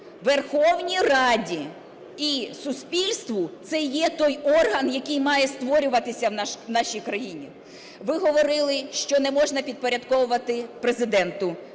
Верховній Раді і суспільству – це є той орган, який має створюватися в нашій країні. Ви говорили, що не можна підпорядковувати Президенту,